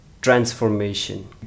transformation